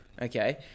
Okay